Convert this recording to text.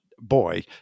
boy